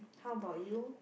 how about you